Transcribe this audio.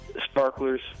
Sparklers